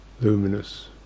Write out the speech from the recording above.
luminous